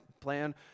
plan